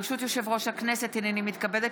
ברשות יושב-ראש הכנסת, הינני מתכבדת